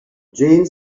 jane